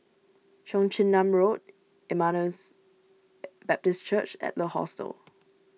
Cheong Chin Nam Road Emmaus Baptist Church Adler Hostel